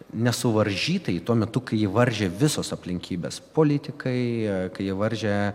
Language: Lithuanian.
nesuvaržytai tuo metu kai jį varžė visos aplinkybės politikai kai jį varžė